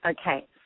Okay